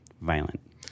violent